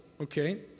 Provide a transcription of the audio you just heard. okay